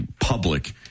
public